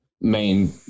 main